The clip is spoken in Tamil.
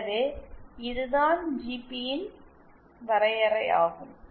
எனவே இதுதான் ஜிபி ன் வரையறையாகும்